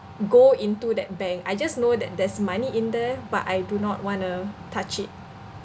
go into that bank I just know that there's money in there but I do not want to touch it